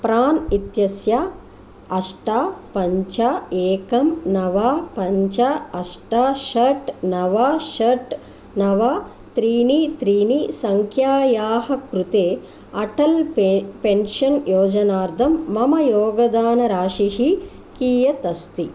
प्राण् इत्यस्य अष्ट पञ्च एकं नव पञ्च अष्ट षट् नव षट् नव त्रीणि त्रीणि सङ्ख्यायाः कृते अटल् पे पेन्शन् योजनातर्थं मम योगदानराशिः कियत् अस्ति